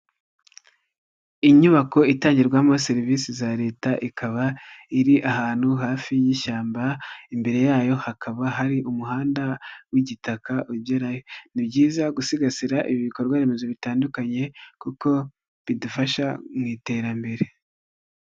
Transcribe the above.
Inyubako itangirwamo serivisi za Leta, ikaba iri ahantu hafi y'ishyamba, imbere yayo hakaba hari umuhanda w'igitaka ugerayo. Ni byiza gusigasira ibi bikorwaremezo bitandukanye kuko bidufasha mu iterambere.